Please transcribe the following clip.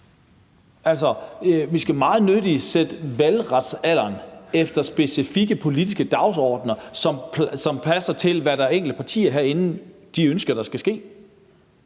Altså, vi skulle meget nødig sætte valgretsalderen efter specifikke politiske dagsordener, som passer til, hvad enkelte partier herinde ønsker der skal ske.